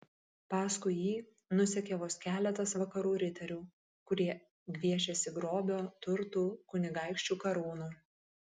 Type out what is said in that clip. paskui jį nusekė vos keletas vakarų riterių kurie gviešėsi grobio turtų kunigaikščių karūnų